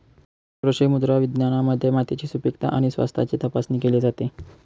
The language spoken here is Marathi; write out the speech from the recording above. कृषी मृदा विज्ञानामध्ये मातीची सुपीकता आणि स्वास्थ्याची तपासणी केली जाते